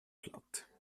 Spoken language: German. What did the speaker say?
platt